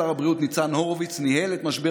שר הבריאות ניצן הורביץ ניהל את משבר